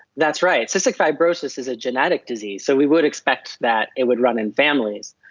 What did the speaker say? that's right. cystic fibrosis is a genetic disease, so we would expect that it would run in families.